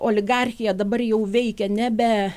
oligarchija dabar jau veikia nebe